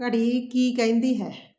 ਘੜੀ ਕੀ ਕਹਿੰਦੀ ਹੈ